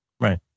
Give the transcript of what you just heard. Right